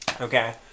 Okay